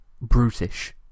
brutish